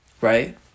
right